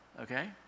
okay